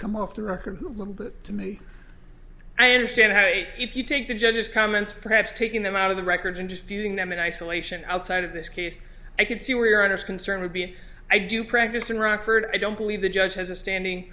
come off the record to me i understand how if you take the judges comments perhaps taking them out of the records and just viewing them in isolation outside of this case i can see where your honor's concern would be i do practice in rockford i don't believe the judge has a standing